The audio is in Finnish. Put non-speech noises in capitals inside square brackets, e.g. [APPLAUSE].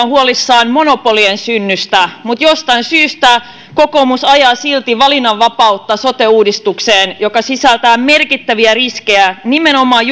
[UNINTELLIGIBLE] huolissaan monopolien synnystä mutta jostain syystä kokoomus ajaa silti valinnanvapautta sote uudistukseen joka sisältää merkittäviä riskejä nimenomaan [UNINTELLIGIBLE]